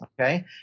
okay